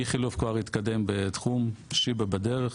איכילוב כבר התקדם בתחום, שיבא בדרך.